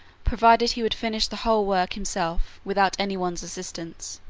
provided he would finish the whole work himself without any one's assistance,